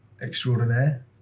extraordinaire